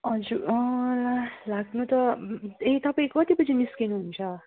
हजुर ला लाग्नु त ए तपाईँ कति बजी निस्किनुहुन्छ